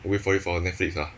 wait for it for netflix uh